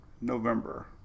november